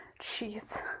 cheese